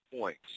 points